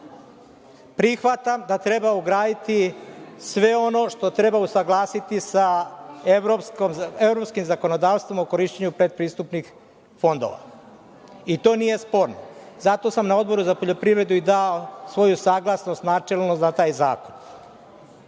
Prihvatam da treba ugraditi sve ono što treba usaglasiti sa evropskim zakonodavstvom u korišćenju predpristupnih fondova, i to nije sporno. Zato sam na Odboru za poljoprivredu dao svoju saglasnost, načelnu, za taj